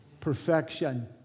perfection